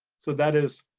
so that is